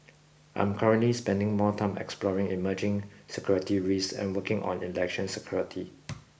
I'm currently spending more time exploring emerging security risks and working on election security